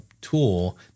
tool